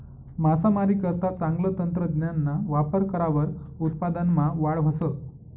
मासामारीकरता चांगलं तंत्रज्ञानना वापर करावर उत्पादनमा वाढ व्हस